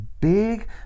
big